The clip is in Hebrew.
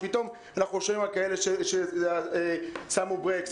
ופתאום אנחנו שומעים על כאלה ששמו ברקס,